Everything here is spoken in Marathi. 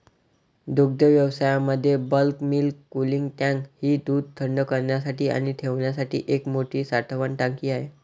दुग्धव्यवसायामध्ये बल्क मिल्क कूलिंग टँक ही दूध थंड करण्यासाठी आणि ठेवण्यासाठी एक मोठी साठवण टाकी आहे